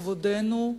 כבודנו,